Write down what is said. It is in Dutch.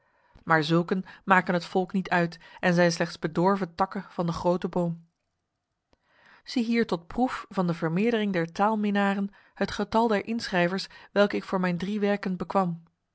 maar zulken maken het volk niet uit en zijn slechts bedorven takken van de grote boom ziehier tot proef van de vermeerdering der taalminnaren het getal der inschrijvers welke ik voor mijn drie werken bekwam